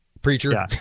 Preacher